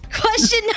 Question